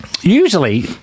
usually